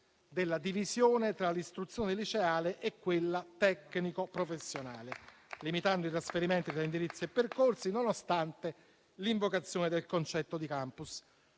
della divisione tra l'istruzione liceale e quella tecnico-professionale, limitando i trasferimenti da indirizzi e percorsi, nonostante l'invocazione del concetto di *campus*.